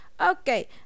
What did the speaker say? okay